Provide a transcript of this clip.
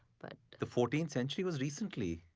but the fourteenth century was recently.